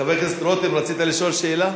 חבר הכנסת רותם, רצית לשאול שאלה?